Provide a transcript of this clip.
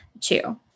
two